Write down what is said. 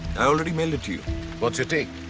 i already mailed it to you. what's your take?